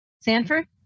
Sanford